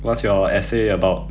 what's your essay about